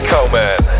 Coleman